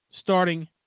starting